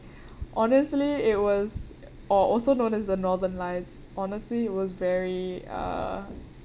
honestly it was or also known as the northern lights honestly it was very uh